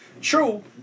true